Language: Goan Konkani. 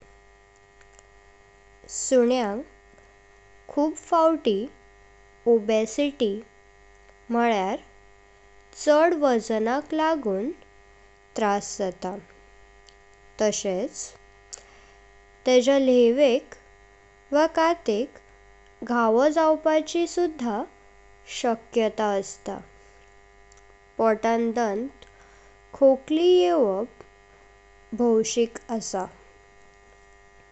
सुन्यांक खुब फावटि ओबेसिटी म्हणल्यार, चड वजनाक लागुन त्रास जात। तसच तेंजा लेव्हेक वा काटिक घावो जवपाची सुद्धा शक्यता असता। पोतान दंत, खोकली यवप भवशिक आसा।